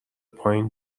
پایین